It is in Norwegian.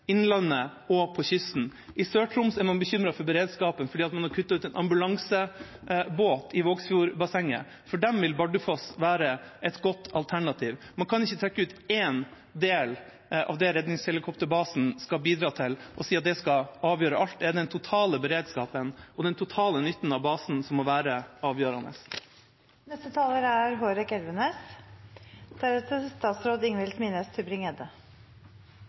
innlandet og på kysten. I Sør-Troms er man bekymret for beredskapen fordi man har kuttet ut en ambulansebåt i Vågsfjordbassenget. For dem vil Bardufoss være et godt alternativ. Man kan ikke trekke ut én del av det redningshelikopterbasen skal bidra til, og si at det skal avgjøre alt. Det er den totale beredskapen og den totale nytten av basen som må være